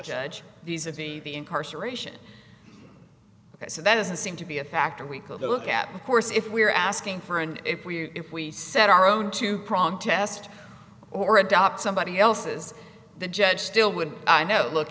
judge these of the incarceration so that doesn't seem to be a factor we could look at a course if we're asking for and if we if we set our own two prong test or adopt somebody else's the judge still would i know look